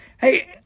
Hey